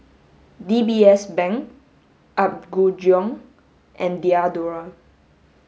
D B S Bank Apgujeong and Diadora